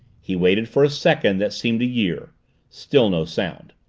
he waited for a second that seemed a year still no sound.